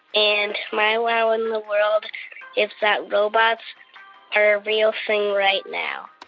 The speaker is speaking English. and my wow in the world is that robots are a real thing right now